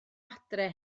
adre